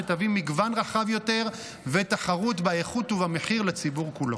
שתביא מגוון רחב יותר ותחרות באיכות ובמחיר לציבור כולו.